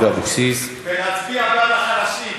בלהצביע בעד החלשים.